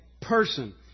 person